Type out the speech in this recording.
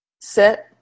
Sit